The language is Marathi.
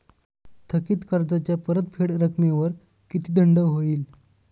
थकीत कर्जाच्या परतफेड रकमेवर किती दंड होईल?